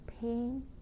pain